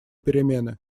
перемены